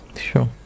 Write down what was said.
Sure